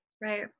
Right